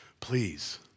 please